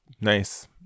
Nice